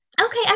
Okay